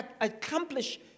accomplish